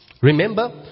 Remember